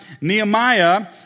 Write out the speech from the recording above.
Nehemiah